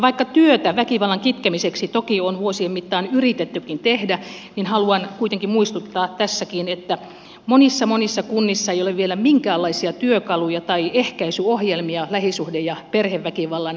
vaikka työtä väkivallan kitkemiseksi toki on vuosien mittaan yritettykin tehdä haluan kuitenkin muistuttaa tässäkin että monissa monissa kunnissa ei ole vielä minkäänlaisia työkaluja tai ehkäisyohjelmia lähisuhde ja perheväkivallan kitkemiseksi